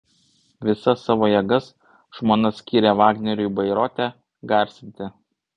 visas savo jėgas žmona skyrė vagneriui bairoite garsinti